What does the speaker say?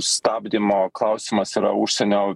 stabdymo klausimas yra užsienio